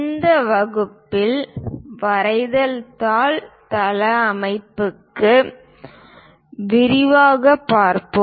இந்த வகுப்பில் வரைதல் தாள் தளவமைப்புக்கு விரிவாகப் பார்ப்போம்